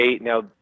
Now